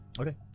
Okay